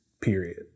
period